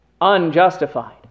unjustified